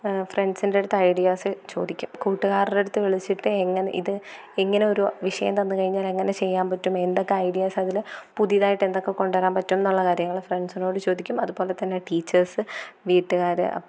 ഫ്രണ്ട്സിൻ്റെ അടുത്ത് ഐഡിയാസ് ചോദിക്കും കൂട്ടുകാരുടെ അടുത്ത് വിളിച്ചിട്ട് എങ്ങനെ ഇത് ഇങ്ങനെ ഒരു വിഷയം തന്നുകഴിഞ്ഞാൽ എങ്ങനെ ചെയ്യാൻ പറ്റും എന്തൊക്കെ ഐഡിയാസ് അതിൽ പുതിയതായിട്ട് എന്തൊക്കെ കൊണ്ടുവരാൻ പറ്റും എന്നുള്ള കാര്യങ്ങൾ ഫ്രണ്ട്സിനോട് ചോദിക്കും അതുപോലെത്തന്നെ ടീച്ചേർസ് വീട്ടുകാർ